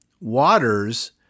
waters